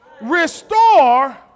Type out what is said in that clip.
restore